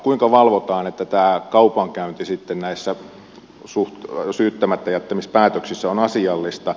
kuinka valvotaan että tämä kaupankäynti sitten näissä syyttämättäjättämispäätöksissä on asiallista